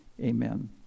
amen